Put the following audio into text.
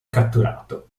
catturato